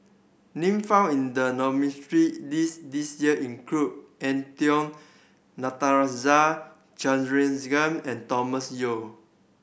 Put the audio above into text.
name found in the nominees' list this year include Eng Tow Natarajan Chandrasekaran and Thomas Yeo